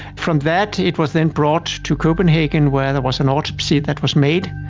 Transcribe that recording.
from that it was then brought to copenhagen where there was an autopsy that was made.